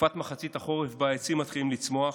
תקופת מחצית החורף, שבה העצים מתחילים לצמוח.